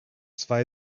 zwei